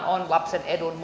on lapsen edun